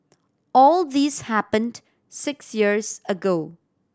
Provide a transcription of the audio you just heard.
all this happened six years ago